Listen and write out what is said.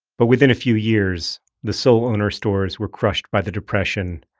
but within a few years, the sole owner stores were crushed by the depression,